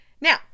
Now